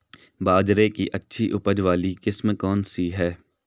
बाजरे की अच्छी उपज वाली किस्म कौनसी है?